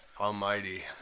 Almighty